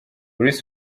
luis